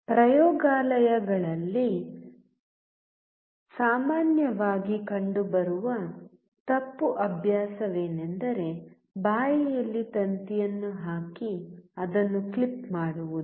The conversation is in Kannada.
ಪ್ರಯೋಗಾಲಯಗಳಲ್ಲಿ ಸಾಮಾನ್ಯವಾಗಿ ಕಂಡುಬರುವ ತಪ್ಪು ಅಭ್ಯಾಸವೆಂದರೆ ಬಾಯಿಯಲ್ಲಿ ತಂತಿಯನ್ನು ಹಾಕಿ ಅದನ್ನು ಕ್ಲಿಪ್ ಮಾಡುವುದು